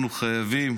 אנחנו חייבים